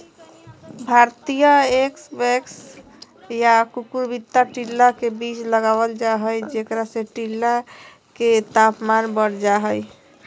भारतीय स्क्वैश या कुकुरविता टीला के बीच लगावल जा हई, जेकरा से टीला के तापमान बढ़ जा हई